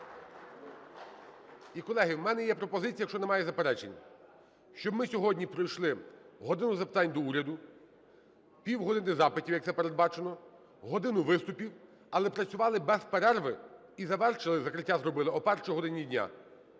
І, колеги, в мене є пропозиція, якщо немає заперечень, щоб ми сьогодні пройшли "годину запитань до Уряду", півгодини запитів, як це передбачено, годину виступів, але працювали без перерви і завершили, закриття зробили о першій годині дня.